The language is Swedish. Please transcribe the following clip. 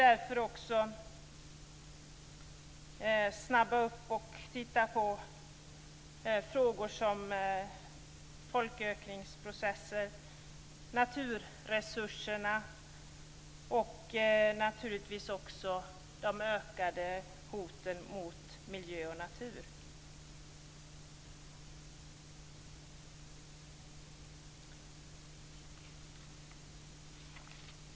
Därför kan FN också snabba på arbetet och titta på frågor som folkökningsprocesser, naturresurserna och naturligtvis också de ökade hoten mot miljö och natur.